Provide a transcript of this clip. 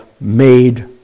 made